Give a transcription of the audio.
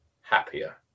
happier